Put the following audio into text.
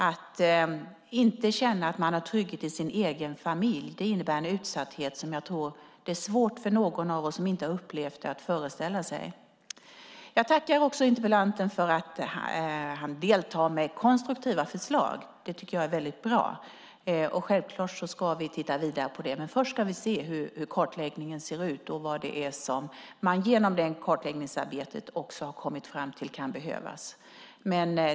Att inte känna trygghet i sin egen familj innebär en utsatthet som det är svårt för någon som inte har upplevt det att föreställa sig. Jag tackar interpellanten för att han deltar med konstruktiva förslag. Det är bra. Självklart ska vi titta vidare på dessa, men först ska vi se hur kartläggningen ser ut och vad man genom kartläggningsarbetet har kommit fram till kan behövas.